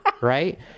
right